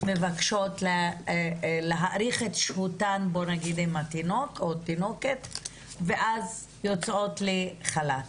מבקשות להאריך את שהותן עם התינוק או התינוקת ואז יוצאות לחל"ת.